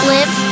Live